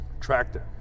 Tractor